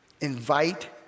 invite